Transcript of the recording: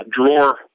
drawer